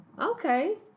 okay